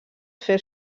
fer